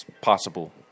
possible